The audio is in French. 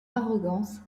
arrogance